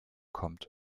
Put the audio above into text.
kommt